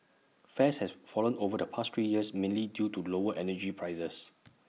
fares has fallen over the past three years mainly due to lower energy prices